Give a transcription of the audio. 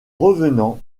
revenant